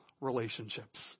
relationships